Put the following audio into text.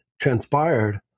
transpired